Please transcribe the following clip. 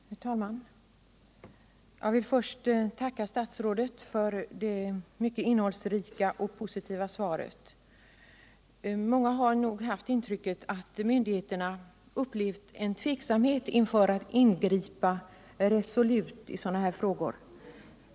Herr talman! Jag vill först tacka statstådet för det mycket innehållsrika och positiva svaret. Många har nog intrycket att myndigheterna upplevt en tveksamhet inför att ingripa resolut i sådana här frågor.